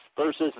versus